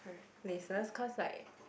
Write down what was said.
places cause like